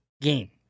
game